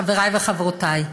חבריי וחברותיי,